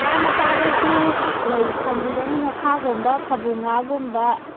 ꯉꯥ ꯃꯆꯥꯗꯁꯨ ꯂꯩ ꯐꯪꯉꯤꯕꯅ ꯉꯥꯈꯥꯒꯨꯝꯕ ꯐꯥꯕꯧꯉꯥꯒꯨꯝꯕ